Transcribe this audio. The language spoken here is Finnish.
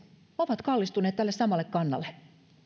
ovat kallistuneet tälle samalle kannalle